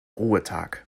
ruhetag